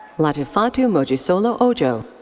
latifatu mojisola ojo.